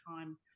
time